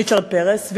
ריצ'רד פרס,